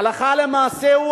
הלכה למעשה הוא,